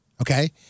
okay